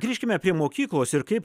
grįžkime prie mokyklos ir kaip